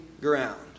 ground